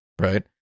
right